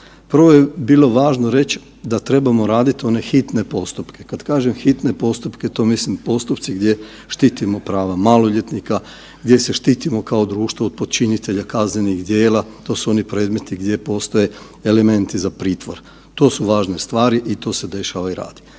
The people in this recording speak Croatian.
Prvo je bilo važno reći da trebamo raditi one hitne postupke. Kad kažem hitne postupke, to mislim postupci gdje štitimo prava maloljetnika, gdje se štitimo kao društvo od počinitelja kaznenih djela, to su oni predmeti gdje postoje elementi za pritvor. To su važne stvari i to se dešava i radi.